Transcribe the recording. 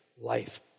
life